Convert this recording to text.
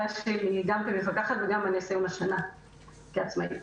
שלי גם כמפקחת וגם ממה שקורה השנה עת אני עצמאית.